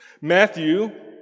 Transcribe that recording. Matthew